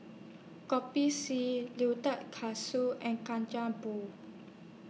Kopi C Katsu and Kacang Pool